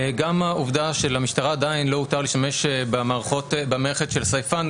גם העובדה שלמשטרה עדיין לא הותר להשתמש במערכת של סייפן,